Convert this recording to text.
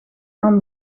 aan